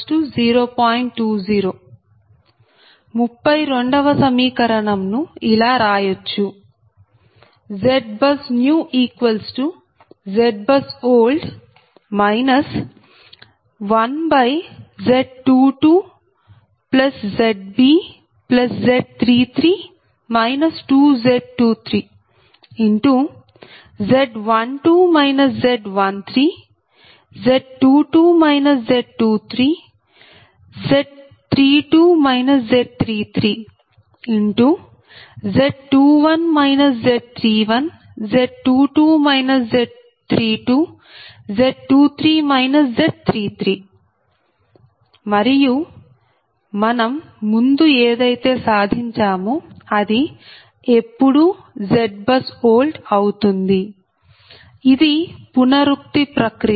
32 వ సమీకరణం ను ఇలా రాయచ్చు ZBUSNEWZBUSOLD 1Z22ZbZ33 2Z23Z12 Z13 Z22 Z23 Z32 Z33 Z21 Z31 Z22 Z32 Z23 Z33 మరియు మనం ముందు ఏదైతే సాధించామో అది ఎప్పుడూ ZBUS OLD అవుతుంది ఇది పునరుక్తి ప్రక్రియ